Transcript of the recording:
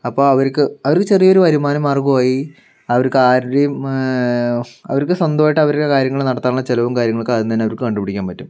അപ്പം അവർക്ക് അവർക്ക് ഒരു ചെറിയ ഒരു വരുമാന മാർഗമായി അവർക്ക് ആരുടെയും അവർക്ക് സ്വന്തമായിട്ട് അവരുടെ കാര്യങ്ങൾ നടത്താനുള്ള ചിലവും കാര്യങ്ങളും ഒക്കെ അതിൽ നിന്ന് തന്നെ അവർക്ക് കണ്ടു പിടിക്കാൻ പറ്റും